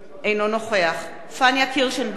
אינו נוכח פניה קירשנבאום,